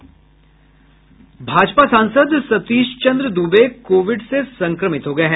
भाजपा सांसद सतीश चन्द्र दूबे कोविड से संक्रमित हो गये हैं